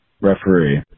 referee